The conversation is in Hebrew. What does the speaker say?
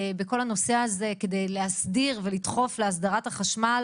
בכל הנושא הזה כדי להסדיר ולדחוף להסדרת החשמל